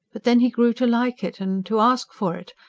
but then he grew to like it, and to ask for it,